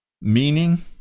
meaning